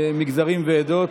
מגזרים ועדות.